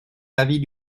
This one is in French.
l’avis